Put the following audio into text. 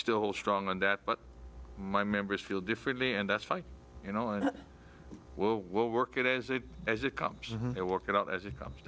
still strong on that but my members feel differently and that's fine you know and we'll work it as it as it comes there work it out as it comes t